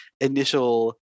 initial